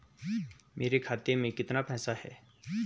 मेरे खाते में कितना पैसा है?